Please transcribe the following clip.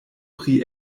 pri